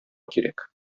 кирәк